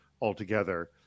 altogether